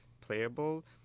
playable